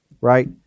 right